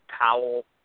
Powell